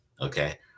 Okay